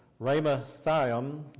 Ramathiam